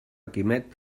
quimet